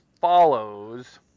follows